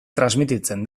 transmititzen